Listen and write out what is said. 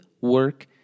work